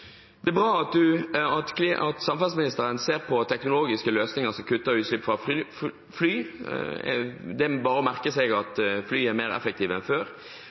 Det er bra at samferdselsministeren ser på teknologiske løsninger som kutter utslipp fra fly. Det er bare å merke seg at fly er mer effektive enn før,